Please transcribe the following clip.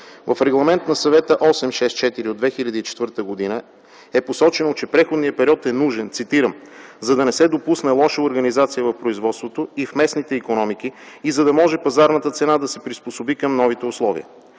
В Регламент на Съвета 864/2004 г. е посочено, че преходният период е нужен, цитирам: „За да не се допусне лоша организация в производството и в местните икономики и за да може пазарната цена да се приспособи към новите условия.”